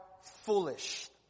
foolish